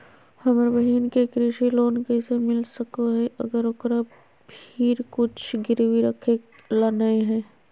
हमर बहिन के कृषि लोन कइसे मिल सको हइ, अगर ओकरा भीर कुछ गिरवी रखे ला नै हइ?